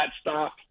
stop